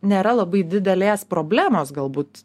nėra labai didelės problemos galbūt